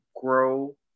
grow